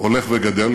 הולך וגדל,